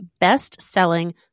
best-selling